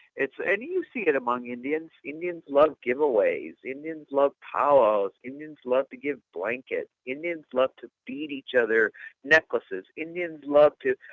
and you see it among indians. indians love giveaways. indians love powwows. indians love to give blankets. indians love to bead each other necklaces. indians love to.